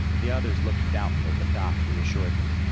the others looked doubtful, but doc reassured them.